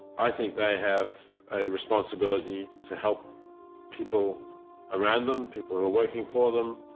i think they have a responsibility to help people around them, people who are working for them.